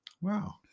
Wow